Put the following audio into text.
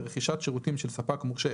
לרכישת שירותים של ספק מורשה,